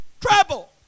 trouble